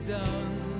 done